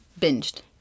binged